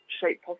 shape